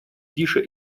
тише